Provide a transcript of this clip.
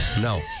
No